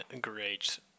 great